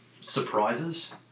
surprises